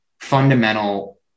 fundamental